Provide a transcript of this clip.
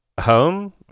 home